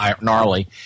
gnarly